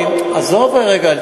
עזוב רגע.